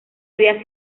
había